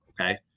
okay